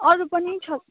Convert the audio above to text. अरू पनि छ